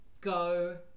go